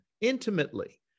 intimately